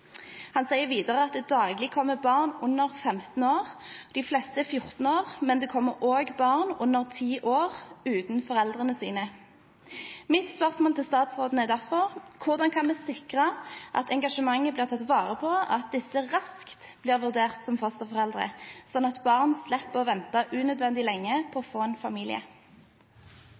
Han sier videre at det daglig kommer barn under 15 år, der de fleste er 14 år, men det kommer også barn under 10 år uten foreldrene sine. Mitt spørsmål til statsråden er derfor: Hvordan kan vi sikre at engasjementet blir tatt vare på, at disse raskt blir vurdert som fosterforeldre, slik at barn slipper å vente unødvendig lenge på